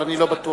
אבל אני לא בטוח.